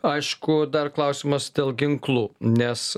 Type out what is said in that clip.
aišku dar klausimas dėl ginklų nes